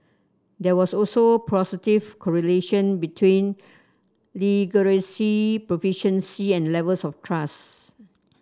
there was also correlation between proficiency and levels of trust